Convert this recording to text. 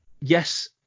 yes